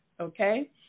okay